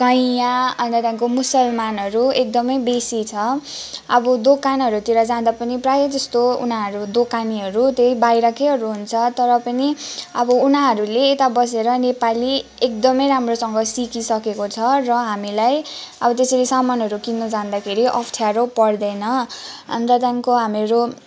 कैँया अन्त त्यहाँदेखिको मुसलमानहरू एक्दमै बेसी छ अब दोकानहरूतिर जाँदा पनि प्राय जस्तो उनीहरू दोकानेहरू चाहिँ बाहिरकैहरू हुन्छ तर पनि अब उनीहरूले यता बसेर नेपाली एकदमै राम्रोसँग सिकिसकेको छ र हामीलाई अब त्यसरी सामानहरू किन्नु जाँदाखेरि अप्ठ्यारो पर्दैन अन्त त्यहाँदेखिको हामीहरू